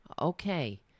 Okay